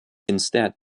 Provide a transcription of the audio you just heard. instead